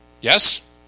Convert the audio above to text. Yes